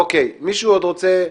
אוקיי, מישהו עוד רוצה,